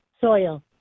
soil